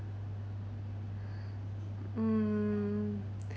mm